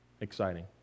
Exciting